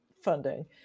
funding